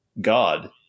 god